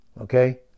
okay